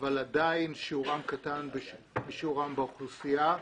אבל עדיין שיעורם קטן משיעורם באוכלוסייה.